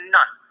None